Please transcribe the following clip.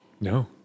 no